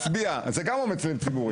זה גם אומץ לב ציבורי.